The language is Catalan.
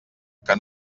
que